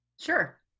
Sure